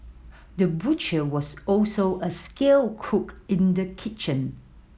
the butcher was also a skilled cook in the kitchen